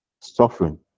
Suffering